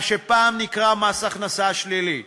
מה שפעם נקרא "מס הכנסה שלילי"